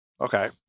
Okay